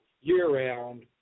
year-round